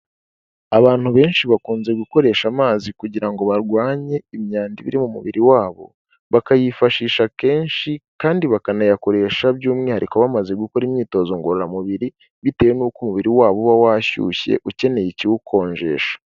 Abantu benshi bakunze gukoresha amazi kugira ngo barwanye imyanda iba iri mu mubiri wabo, bakayifashisha kenshi kandi bakanayakoresha by'umwihariko bamaze gukora imyitozo ngororamubiri, bitewe n'uko umubiri wabo uba washyushye ukeneye ikiwukonjesha.